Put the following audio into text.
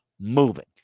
moving